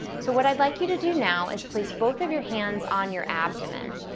so what i'd like you to do now is place both of your hands on your abdomen.